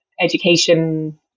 education